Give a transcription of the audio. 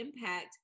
impact